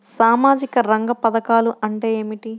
సామాజిక రంగ పధకాలు అంటే ఏమిటీ?